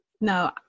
No